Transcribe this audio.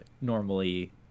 normally